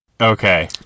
Okay